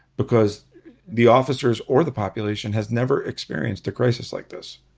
because the officers or the population has never experienced a crisis like this.